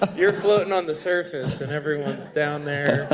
you're floating on the surface and everyone's down there. ah